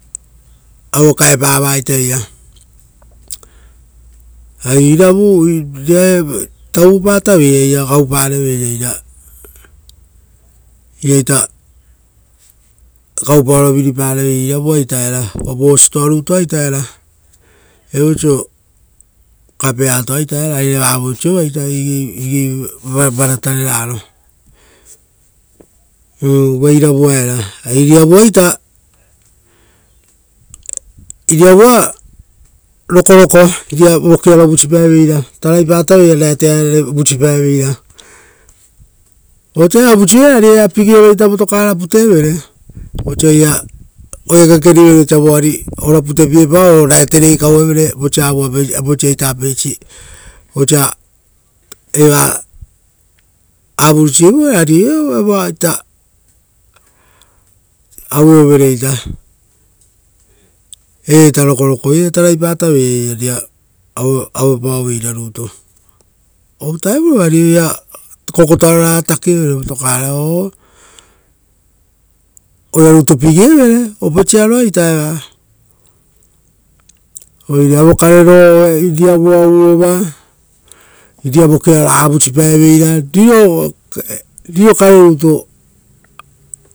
Aue kaepavaita eira, ari iravu reraita uvupataveira iraita gaupareveira. Iraita gaupaoro viripareveira, uva kukuepa-toarutua era. Viapau oisio kapeattoa ita era, ari vavoisiota ita igei vo varataro m-uva iravua era. Ari iriavuita rokoroko iria vokiaro vusi paeveira, taraipatai osia aviaviarare vusi paeveira. Vosa vusievere eari eiraita pigioro votokara putevere. Vosa oira kekerivere osa voari ora putepie pao o aviaviare vusievere. Uva vosa viapau vusievere ra virivariovereita eira rokoroko oiraia taraipataveira eira iria vusipaeveira. O vutarovu ari eira kokotoaro takievere votokara o oira rutu pigievere, ari opesiaro-aita eva. Oire iriavua uuova iria vokiaro raga vusipaeveira ora rirokarerutu.